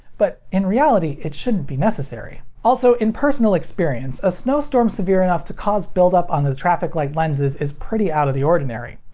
but in reality it shouldn't be necessary. also, in personal experience, a snow storm severe enough to cause buildup on the traffic light lenses is pretty out of the ordinary.